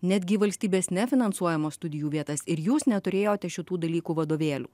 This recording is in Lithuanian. netgi į valstybės nefinansuojamas studijų vietas ir jūs neturėjote šitų dalykų vadovėlių